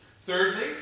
Thirdly